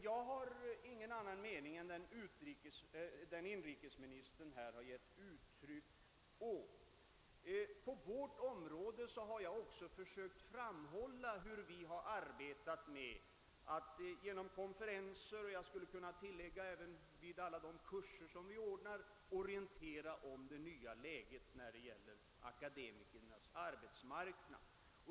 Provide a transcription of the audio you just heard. Jag har också framhållit att vi på vårt område genom konferenser — och jag skulle kunna tillägga att även vid alla de kurser som vi ordnar — strävat efter att orientera om det nya läget på akademikernas arbetsmarknad.